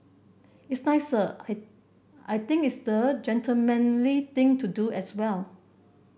it's nicer I think it's the gentlemanly thing to do as well